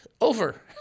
Over